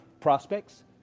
prospects